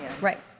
Right